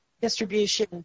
distribution